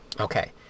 Okay